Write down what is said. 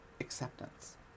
acceptance